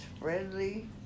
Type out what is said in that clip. friendly